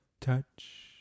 touch